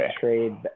trade